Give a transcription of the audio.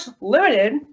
limited